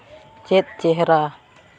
ᱪᱮᱫ ᱪᱮᱦᱨᱟ